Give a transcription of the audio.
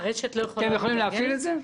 אתם יכולים להפעיל את זה?